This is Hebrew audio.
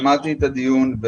שמעתי את הדיון,